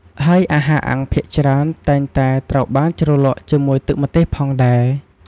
ហើយអាហារអាំងភាគច្រើនតែងតែត្រូវបានជ្រលក់ជាមួយទឹកម្ទេសផងដែរ។